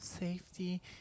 safety